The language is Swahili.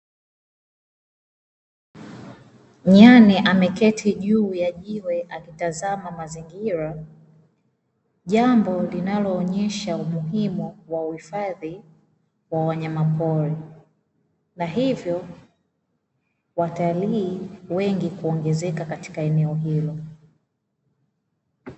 Nyani ameketi juu ya jiwe akitazama mazingira, jambo linaloonyesha umuhimu wa uhifadhi wa wanyamapori. Na hivyo watalii wengi kuongezeka katika eneo hilo.